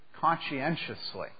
conscientiously